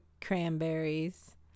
cranberries